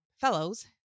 fellows